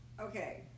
Okay